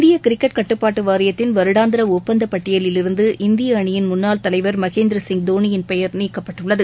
இந்தியகிரிக்கெட் கட்டுப்பாட்டுவாரியத்தின் வருடாந்திரலப்பந்தப் பட்டியலிலிருந்து இந்தியஅணியின் முன்னாள் தலைவர் மகேந்திரசிங் தோணியின் பெயர் நீக்கப்பட்டுள்ளது